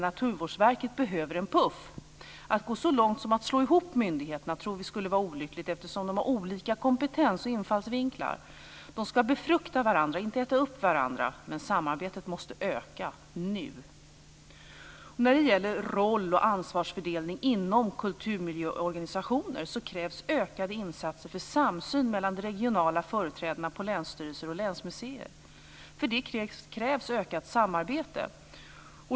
Naturvårdsverket behöver en puff. Att gå så långt som att slå ihop myndigheterna tror vi skulle vara olyckligt, eftersom de har olika kompetens och infallsvinklar. De ska befrukta varandra, inte äta upp varandra. Men samarbetet måste öka nu. När det gäller roll och ansvarsfördelning inom kulturmiljöorganisationer krävs ökade insatser för samsyn mellan de regionala företrädarna på länsstyrelser och länsmuseer. För det krävs ökat samarbete.